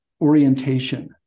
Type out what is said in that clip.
orientation